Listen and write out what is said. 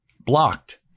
blocked